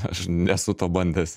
aš nesu to bandęs